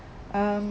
um